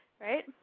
right